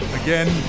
again